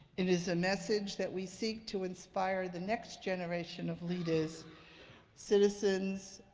it is a message that we seek to inspire the next generation of leaders citizens,